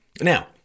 Now